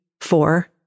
four